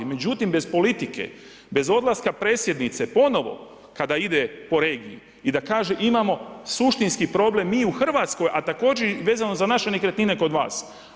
Međutim, bez politike, bez odlaska predsjednice, ponovno kada ide u regiji i da kaže imamo suštinski problem mi u Hrvatskoj a da također vezano za naše nekretnine kod nas.